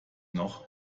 noch